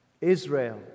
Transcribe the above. Israel